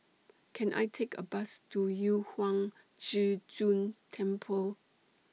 Can I Take A Bus to Yu Huang Zhi Zun Temple